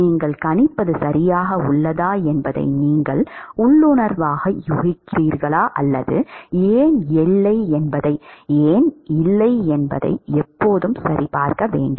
நீங்கள் கணிப்பது சரியாக உள்ளதா என்பதை நீங்கள் உள்ளுணர்வாக யூகிக்கிறீர்களா அல்லது ஏன் இல்லை என்பதை எப்போதும் சரிபார்க்க வேண்டும்